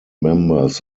members